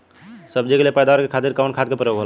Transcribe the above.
सब्जी के लिए पैदावार के खातिर कवन खाद के प्रयोग होला?